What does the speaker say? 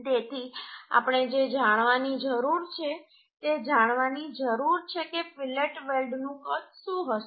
તેથી આપણે જે જાણવાની જરૂર છે તે જાણવાની જરૂર છે કે ફિલેટ વેલ્ડનું કદ શું હશે